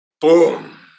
Boom